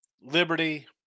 Liberty